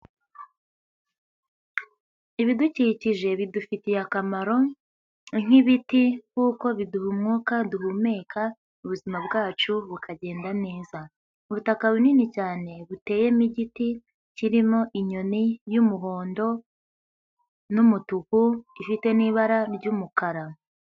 Ibidukikije bidufitiye akamaro, nk'ibiti kuko biduha umwuka duhumeka ubuzima bwacu bukagenda neza. Ubutaka bunini cyane buteyemo igiti kirimo inyoni y'umuhondo n'umutuku, ifite n'ibara ry'umukara.